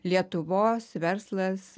lietuvos verslas